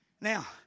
Now